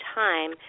time